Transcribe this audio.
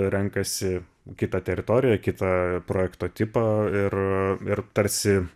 renkasi kitą teritoriją kitą projekto tipą ir ir tarsi